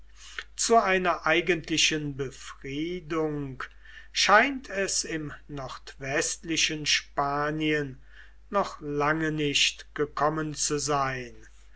zu einer eigentlichen befriedung scheint es im nordwestlichen spanien noch lange nicht gekommen zu sein